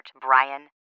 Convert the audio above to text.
Brian